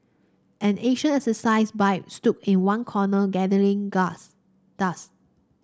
an ancient exercise bike stood in one corner gathering gust dust